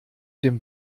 dem